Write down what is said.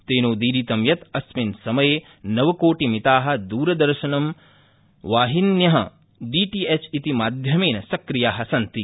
तेनोदीरितं यद अस्मिन् समये नवकोटिमिता दूरदर्शनवाहिन्य डीटीएच क्रि माध्यनेन सक्रिया सन्ति